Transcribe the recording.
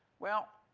well,